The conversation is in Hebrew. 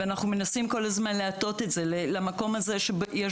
ואנחנו מנסים כל הזמן להטות למקום שיש